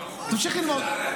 תמשיך ללמוד.